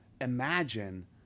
imagine